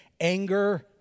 anger